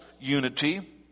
unity